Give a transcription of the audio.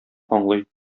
аңлый